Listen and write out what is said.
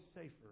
safer